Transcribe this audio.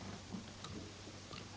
att minska blyhalten i bensin